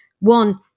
One